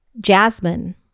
Jasmine